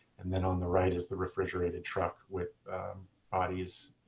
and then on the right is the refrigerated truck with bodies